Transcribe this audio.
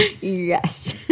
Yes